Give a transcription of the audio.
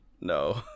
No